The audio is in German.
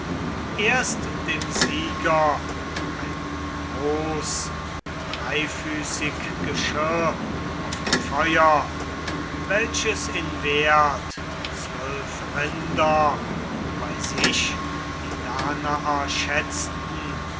erst dem sieger ein groß dreifüßig geschirr auf dem feuer welches in wert zwölf rinder bei sich die danaer schätzten